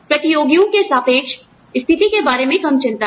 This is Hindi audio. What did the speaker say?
प्रतियोगियों के सापेक्ष स्थिति के बारे में कम चिंता है